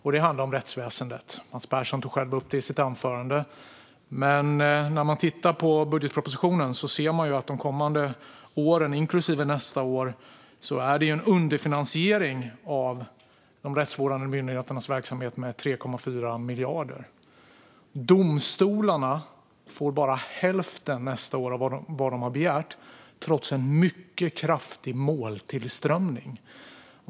Det handlar om rättsväsendet. Mats Persson tog själv upp det i sitt anförande. Men när man tittar i budgetpropositionen ser man att det under de kommande åren, inklusive nästa år, är en underfinansiering av de rättsvårdande myndigheternas verksamhet med 3,4 miljarder. Domstolarna får nästa år bara hälften av vad de har begärt, trots en mycket kraftig måltillströmning.